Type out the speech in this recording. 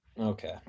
Okay